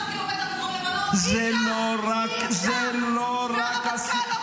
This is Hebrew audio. זה לא קשור לקואליציה.